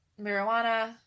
marijuana